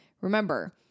Remember